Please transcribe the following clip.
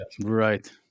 right